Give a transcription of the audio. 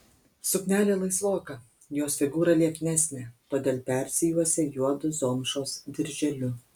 suknelė laisvoka jos figūra lieknesnė todėl persijuosė juodu zomšos dirželiu